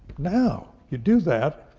now, you do that,